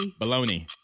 Bologna